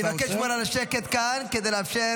אני מבקש לשמור על השקט כאן כדי לאפשר